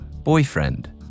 boyfriend